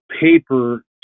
paper